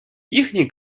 їхній